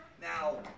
Now